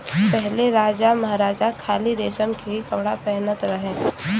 पहिले राजामहाराजा खाली रेशम के ही कपड़ा पहिनत रहे